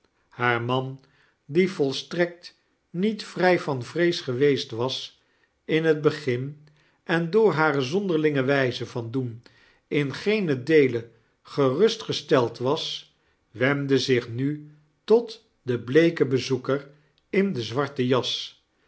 haar man die volstrekt niet vrij van vrees geweest was in het begin en door hare zonderlinge wijze van doen in geenen deele gerustgesteid was wemdde zich nu tot den bleeken bezoeker in de zwarte jas